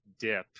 dip